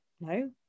no